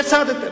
והפסדתם,